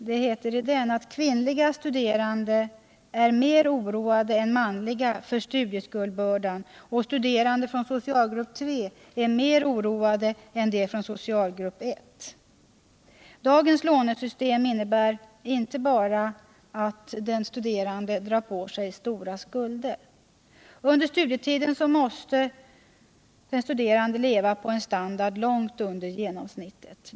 Det heter i den att kvinnliga studerande är mer oroade än manliga för studieskuldbördan och att studerande från socialgrupp 3 är mer oroade än de från socialgrupp 1. a Dagens lånesystem innebär inte enbart att den studerande drar på sig stora skulder. Under studietiden måste den studerande leva på en standard långt under genomsnittet.